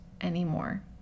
anymore